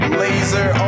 laser